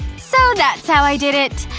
so that's how i did it!